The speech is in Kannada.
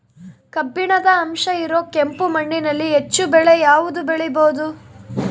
ಕಬ್ಬಿಣದ ಅಂಶ ಇರೋ ಕೆಂಪು ಮಣ್ಣಿನಲ್ಲಿ ಹೆಚ್ಚು ಬೆಳೆ ಯಾವುದು ಬೆಳಿಬೋದು?